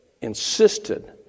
insisted